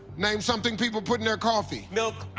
name something people put in their coffee. milk.